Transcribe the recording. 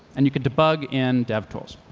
and you could debug in devtools.